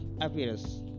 appearance